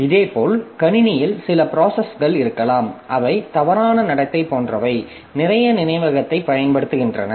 இதேபோல் கணினியில் சில ப்ராசஸ்கள் இருக்கலாம் அவை தவறான நடத்தை போன்றவை நிறைய நினைவகத்தைப் பயன்படுத்துகின்றன